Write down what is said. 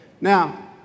Now